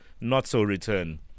not-so-return